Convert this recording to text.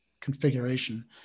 configuration